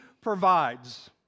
provides